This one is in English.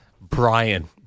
Brian